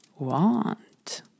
want